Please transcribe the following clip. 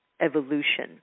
evolution